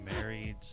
Married